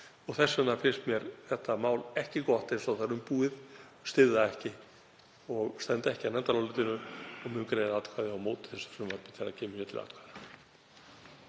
Þess vegna finnst mér þetta mál ekki gott eins og það er umbúið og styð það ekki, stend ekki að nefndarálitinu og mun greiða atkvæði á móti þessu frumvarpi þegar það kemur hér til atkvæða.